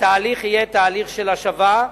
התהליך יהיה תהליך של השבה.